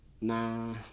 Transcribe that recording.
Nah